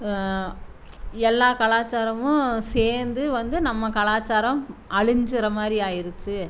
எல்லா கலாச்சாரமும் சேர்ந்து வந்து நம்ம கலாச்சாரம் அழிஞ்சிடுற மாதிரி ஆயிடுச்சி